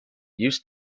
used